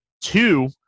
two